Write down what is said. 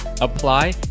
apply